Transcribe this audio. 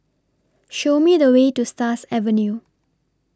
Show Me The Way to Stars Avenue